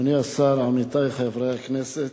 אדוני השר, עמיתי חברי הכנסת,